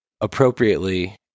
appropriately